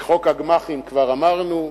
וחוק הגמ"חים כבר אמרנו?